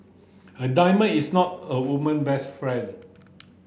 a diamond is not a woman best friend